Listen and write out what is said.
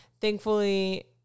thankfully